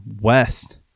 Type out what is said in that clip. West